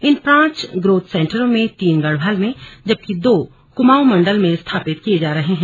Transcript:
इन पांच ग्रोथ सेन्टरों में तीन गढ़वाल में जबकि दो कुमाऊं मण्डल में स्थापित किए जा रहे हैं